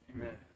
Amen